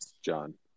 John